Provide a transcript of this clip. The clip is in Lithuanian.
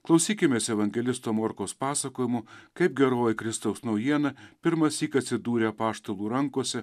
klausykimės evangelisto morkaus pasakojimų kaip geroji kristaus naujiena pirmąsyk atsidūrė apaštalų rankose